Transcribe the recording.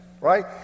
right